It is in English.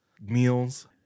meals